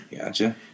Gotcha